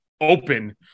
open